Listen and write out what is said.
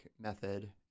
method